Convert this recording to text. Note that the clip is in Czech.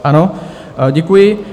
Ano, děkuji.